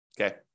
Okay